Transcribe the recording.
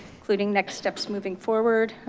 including next steps moving forward,